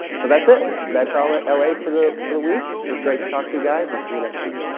so that's it that's all of la for the for the week it was great to talk to you guys and see you next time.